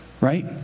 Right